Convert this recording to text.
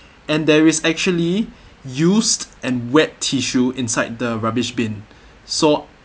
and there is actually used and wet tissue inside the rubbish bin so